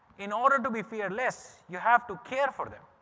in order to be fearless, you have to care for them.